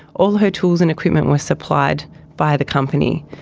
all her tools and equipment were supplied by the company.